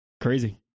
Crazy